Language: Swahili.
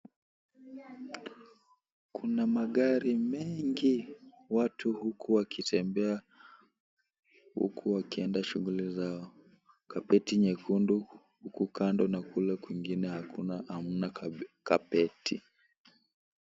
Kuna magari mingi, watu huku wakitembea, huku wakienda shughuli zao. Kapeti nyekundu, huku kando na kule kwingine hakuna hamna kapeti.